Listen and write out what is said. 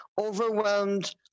overwhelmed